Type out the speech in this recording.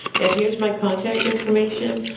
and here's my contact information.